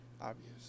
Obvious